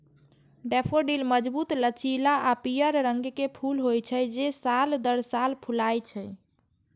daffodil मजबूत, लचीला आ पीयर रंग के फूल होइ छै, जे साल दर साल फुलाय छै